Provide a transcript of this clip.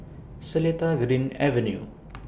Seletar Green Avenue